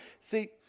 See